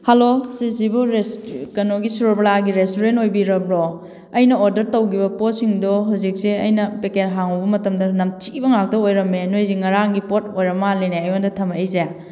hello ꯁꯤꯁꯤꯕꯨ ꯀꯩꯅꯣꯒꯤ ꯁꯨꯔꯕꯂꯥꯒꯤ ꯔꯦꯁꯇꯨꯔꯦꯟ ꯑꯣꯏꯕꯤꯔꯕ꯭ꯔꯣ ꯑꯩꯅ ꯑꯣꯔꯗꯔ ꯇꯧꯈꯤꯕ ꯄꯣꯠꯁꯤꯡꯗꯣ ꯍꯧꯖꯤꯛꯁꯦ ꯑꯩꯅ ꯄꯦꯀꯦꯠ ꯍꯥꯡꯉꯨꯕ ꯃꯇꯝꯗ ꯅꯝꯊꯤꯕ ꯉꯥꯛꯇ ꯑꯣꯏꯔꯝꯃꯦ ꯅꯣꯏꯁꯦ ꯉꯔꯥꯡꯒꯤ ꯄꯣꯠ ꯑꯣꯏꯔ ꯃꯥꯜꯂꯦꯅꯦ ꯑꯩꯉꯣꯟꯗ ꯊꯝꯃꯛꯏꯁꯦ